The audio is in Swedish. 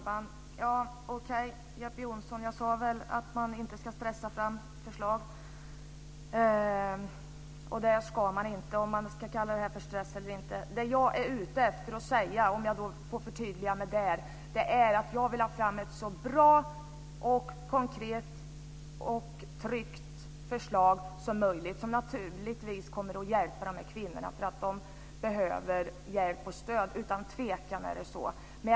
Fru talman! Jag sade att man inte ska stressa fram förslag, Jeppe Johnsson, och det ska man inte. Sedan vet jag inte om man ska kalla det här för stress eller inte. Låt mig förtydliga mig. Jag vill ha fram ett så bra, konkret och tryggt förslag som möjligt som kan hjälpa de här kvinnorna. De behöver hjälp och stöd. Det är ingen tvekan om det.